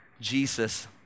Jesus